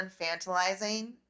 infantilizing